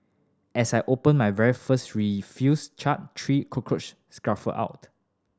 as I opened my very first refuse chute three cockroach scurried out